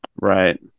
Right